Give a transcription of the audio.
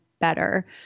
better